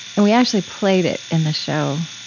and we actually played it in the show.